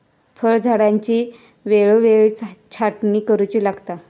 फळझाडांची वेळोवेळी छाटणी करुची लागता